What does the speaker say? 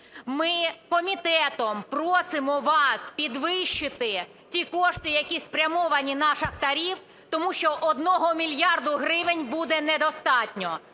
Ми комітетом просимо вас підвищити ті кошти, які спрямовані на шахтарів, тому що одного мільярда гривень буде недостатньо.